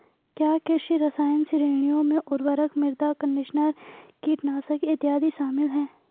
क्या कृषि रसायन श्रेणियों में उर्वरक, मृदा कंडीशनर, कीटनाशक इत्यादि शामिल हैं?